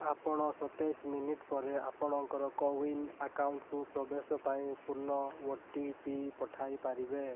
ଆପଣ ସତେଇଶ ମିନିଟ୍ ପରେ ଆପଣଙ୍କର କୋୱିନ୍ ଆକାଉଣ୍ଟ୍କୁ ପ୍ରବେଶ ପାଇଁ ପୁନଃ ଓ ଟି ପି ପଠାଇ ପାରିବେ